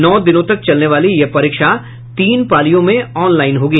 नौ दिनों तक चलने वाली यह परीक्षा तीन पालियों में ऑनलाईन होगी